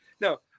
no